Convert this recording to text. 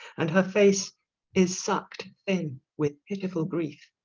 and her face is sucked in with pitiful grief.